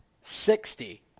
Sixty